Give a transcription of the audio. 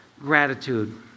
gratitude